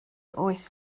wyth